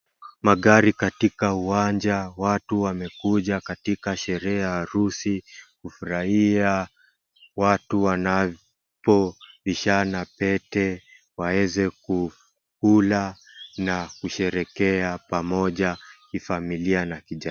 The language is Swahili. Magari katika uwanja watu wamekuja katika sherehe ya harusi kufurahia watu wanapo vishana pete waeze kukula na kusherekea pamoja kifamilia na kijamii.